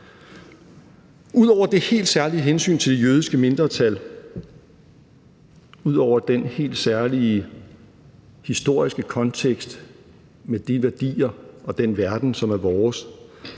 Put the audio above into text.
Ud over det helt særlige hensyn til det jødiske mindretal, ud over den helt særlige historiske kontekst med de værdier og den verden, som er vores,